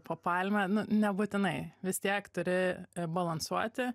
po palme nu nebūtinai vis tiek turi balansuoti